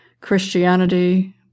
Christianity